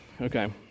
Okay